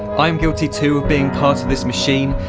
i am guilty too, of being part of this machine,